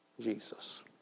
Jesus